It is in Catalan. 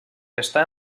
està